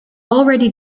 already